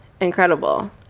incredible